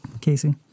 Casey